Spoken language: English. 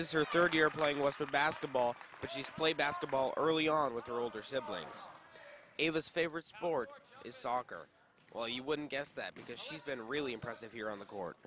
her third year playing with a basketball but she's played basketball early on with her older siblings eva's favorite sport is soccer well you wouldn't guess that because she's been really impressive here on the court